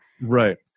Right